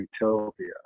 Utopia